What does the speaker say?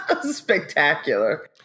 spectacular